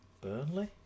Burnley